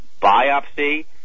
biopsy